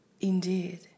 Indeed